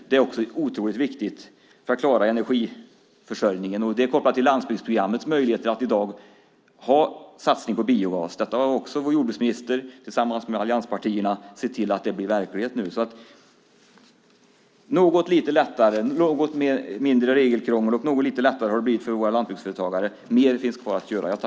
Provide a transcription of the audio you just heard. Det är också otroligt viktigt för att klara energiförsörjningen, och det är kopplat till landsbygdsprogrammets möjligheter att i dag ha satsning på biogas. Vår jordbruksminister tillsammans med allianspartierna har sett till att detta blir verklighet nu. Något mindre regelkrångel och något lite lättare har det blivit för våra lantbruksföretagare. Mer finns kvar att göra.